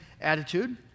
attitude